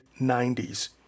90s